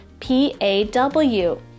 Paw